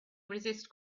resist